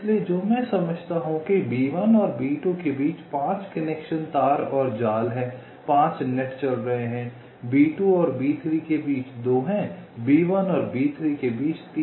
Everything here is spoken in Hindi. इसलिए जो मैं समझता हूं कि B1 और B2 के बीच 5 कनेक्शन तार और जाल हैं 5 नेट चल रहे हैं B2 और B3 के बीच 2 हैं B1 और B3 के बीच 3 हैं